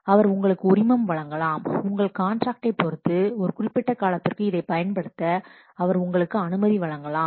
அவர் உங்களுக்கு உரிமம் வழங்கலாம் உங்கள் காண்ட்ராக்டை பொறுத்து ஒரு குறிப்பிட்ட காலத்திற்கு இதைப் பயன்படுத்த அவர் உங்களுக்கு அனுமதி வழங்கலாம்